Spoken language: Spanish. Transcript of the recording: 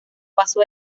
paso